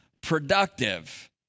productive